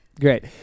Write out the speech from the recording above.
great